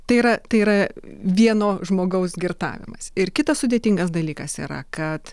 tai yra tai yra vieno žmogaus girtavimas ir kitas sudėtingas dalykas yra kad